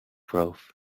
growth